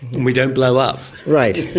and we don't blow up. right,